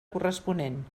corresponent